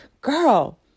Girl